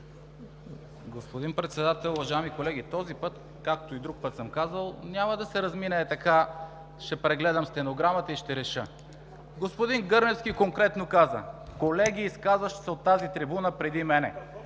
Господин Председател, уважаеми колеги! „Този път, както и друг път съм казвал, няма да се размине така – ще прегледам стенограмата и ще реша.“ Господин Гърневски конкретно каза: „Колеги, изказващи се от тази трибуна преди мен“.